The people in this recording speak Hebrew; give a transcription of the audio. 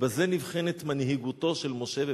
ובזה נבחנת מנהיגותו של משה,